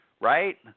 right